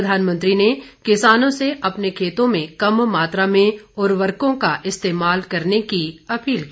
प्रधानमंत्री ने किसानों से अपने खेतों में कम मात्रा में उर्वरकों का इस्तेमाल करने की अपील की